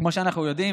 כמו שאנחנו יודעים,